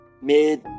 mid